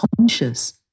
conscious